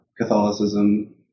catholicism